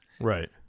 Right